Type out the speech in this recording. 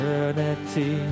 Eternity